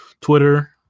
Twitter